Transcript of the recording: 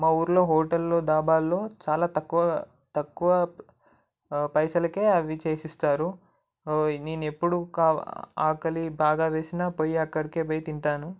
మా ఊళ్ళో హోటలలో డాబాలలో చాలా తక్కువ తక్కువ పైసలకు అవి చేసిస్తారు నేను ఎప్పుడు ఆకలి బాగా వేసిన పోయి అక్కడికి పోయి తింటాను